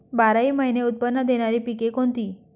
बाराही महिने उत्त्पन्न देणारी पिके कोणती?